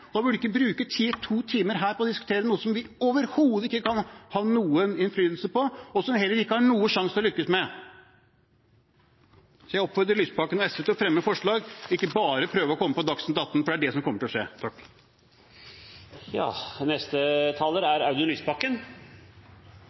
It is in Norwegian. Da burde vi ikke bruke to timer her på å diskutere noe som vi overhodet ikke kan ha noen innflytelse på, og som vi heller ikke har noen sjanse til å lykkes med. Jeg oppfordrer representanten Lysbakken og SV til å fremme forslag, og ikke bare prøve å komme på Dagsnytt atten. for det er det som kommer til å skje.